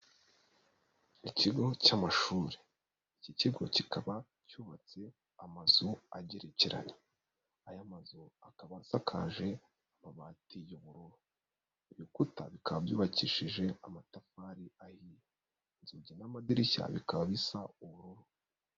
Ikigo cy'amashuri, iki kigo kikaba cyubatse amazu agerekeranye, aya mazu akaba asakaje amabati y'ubururu, ibikuta bikaba byubakishije amatafari ahiye, inzugi n'amadirishya bikaba bisa ubururu.